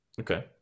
okay